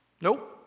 Nope